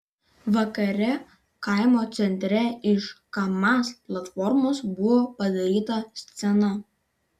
vakare kaimo centre iš kamaz platformos buvo padaryta scena